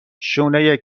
شونه